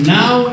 now